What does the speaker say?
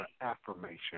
affirmation